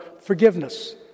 forgiveness